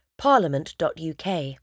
Parliament.UK